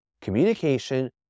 Communication